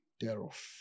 thereof